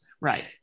Right